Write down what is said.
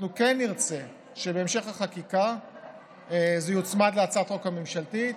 אנחנו כן נרצה שבהמשך החקיקה זה יוצמד להצעת החוק הממשלתית